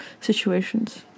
situations